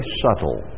subtle